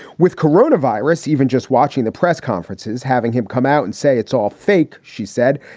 with corona virus. even just watching the press conferences, having him come out and say it's all fake. she said,